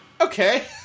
Okay